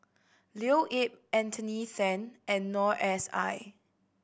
Leo Yip Anthony Then and Noor S I